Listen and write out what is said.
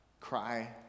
Cry